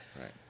Right